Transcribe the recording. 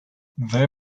their